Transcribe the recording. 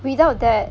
without that